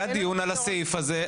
היה דיון על הסעיף הזה,